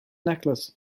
necklace